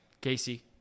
Casey